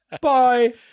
Bye